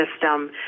system